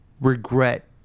regret